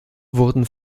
wurden